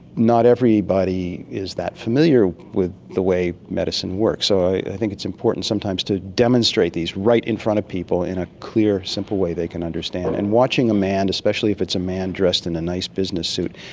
not everybody is that familiar with the way medicine works, so i think it's important sometimes to demonstrate these right in front of people in a clear, simple way they can understand. and watching a man, especially if it's a man dressed in a nice business suit,